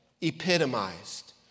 epitomized